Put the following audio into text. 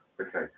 okay